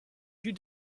you